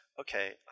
okay